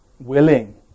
willing